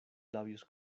labios